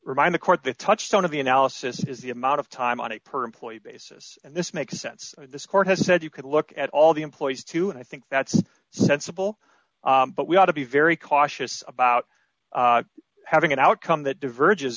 remind the court the touchstone of the analysis is the amount of time on a per employee basis and this makes sense and this court has said you could look at all the employees too and i think that's sensible but we ought to be very cautious about having an outcome that diverge is